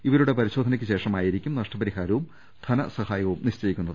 ഇവരുടെ പരിശോധനക്ക് ശേഷമായിരിക്കും നഷ്ട പരിഹാരവും ധനസഹായവും നിശ്ചയിക്കുന്നത്